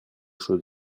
chose